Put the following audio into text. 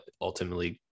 ultimately